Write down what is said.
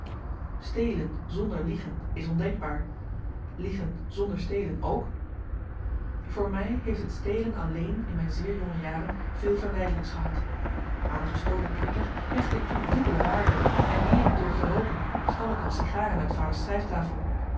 stelen zonder liegen is ondenkbaar liegen zonder stelen ook voor mij heeft het stelen alleen in mijn zeer jonge jaren veel verleidelijks gehad aan een gestolen knikker hechtte ik toen dubbele waarde en eer ik durfde rooken stal ik al sigaren uit vaders